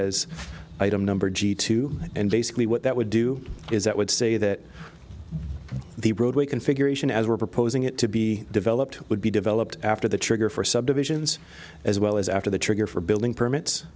as item number g two and basically what that would do is that would say that the roadway configuration as we're proposing it to be developed would be developed after the trigger for subdivisions as well as after the trigger for building permits